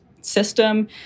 system